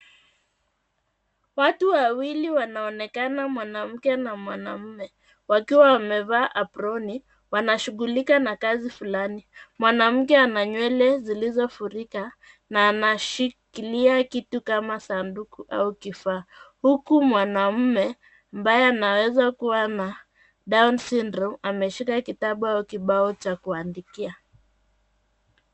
Watu wawili wanaonekana mwanamke na mwanaume wakiwa wamevaa aproni wanashugulika na kazi fulani. Mwanamke ananywele zilizofurika na anashikilia kitu kama saduku au kifaa huku mwanaume ambaye anaweza kuwa na down sydrome ameshika kitabu au kibao cha kuandikia.